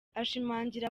ashimangira